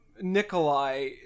Nikolai